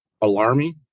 alarming